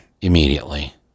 immediately